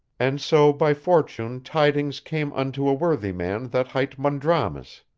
and so by fortune tidings came unto a worthy man that hight mondrames,